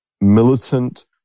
militant